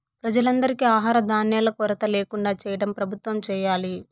ప్రజలందరికీ ఆహార ధాన్యాల కొరత ల్యాకుండా చేయటం ప్రభుత్వం చేయాలి